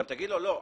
גם תגיד לה: לא,